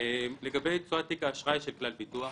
לגבי תשואת תיק האשראי של כלל ביטוח,